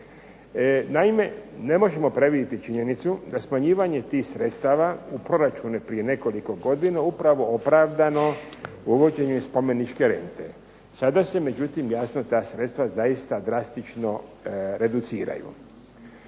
Naime, ne možemo previdjeti činjenicu da smanjivanje tih sredstava u proračunu prije nekoliko godina upravo opravdano uvođenje spomeničke rente. Sada se međutim jasno ta sredstva zaista drastično reduciraju.